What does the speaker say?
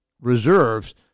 reserves